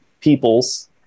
peoples